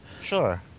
Sure